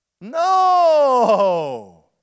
No